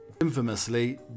Infamously